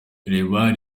neymar